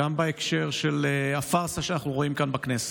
גם בהקשר של הפארסה שאנחנו רואים כאן בכנסת.